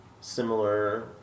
similar